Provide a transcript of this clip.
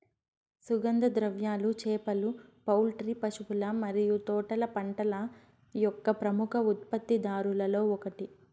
సుగంధ ద్రవ్యాలు, చేపలు, పౌల్ట్రీ, పశువుల మరియు తోటల పంటల యొక్క ప్రముఖ ఉత్పత్తిదారులలో ఒకటి